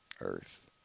Earth